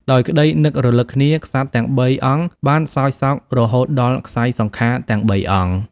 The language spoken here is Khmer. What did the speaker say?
ដោយក្តីនឹករលឹកគ្នា ក្សត្រទាំងបីអង្គបានសោយសោករហូតដល់ក្ស័យសង្ខារទាំងបីអង្គ។